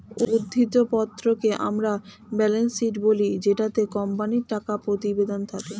উদ্ধৃত্ত পত্রকে আমরা ব্যালেন্স শীট বলি জেটাতে কোম্পানির টাকা প্রতিবেদন থাকে